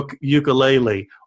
ukulele